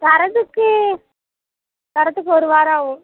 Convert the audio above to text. தர்றதுக்கு தர்றதுக்கு ஒரு வாரம் ஆகும்